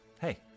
Hey